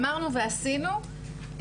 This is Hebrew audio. אמרנו ועשינו,